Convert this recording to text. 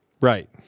Right